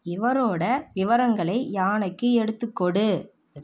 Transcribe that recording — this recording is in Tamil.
இவரோடய விவரங்களை யானைக்கு எடுத்துக் கொடு